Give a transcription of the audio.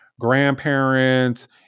grandparents